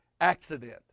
accident